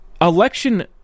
election